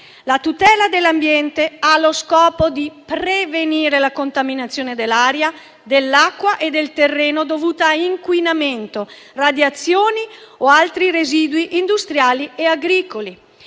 «La tutela dell'ambiente ha lo scopo di prevenire la contaminazione dell'aria, dell'acqua e del terreno dovuta a inquinamento, radiazioni o altri residui industriali e agricoli;